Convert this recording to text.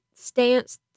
stance